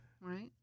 right